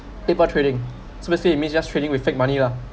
paper trading so let say it means just trading with fake money lah